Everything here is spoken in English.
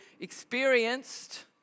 experienced